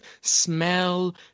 smell